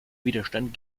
widerstand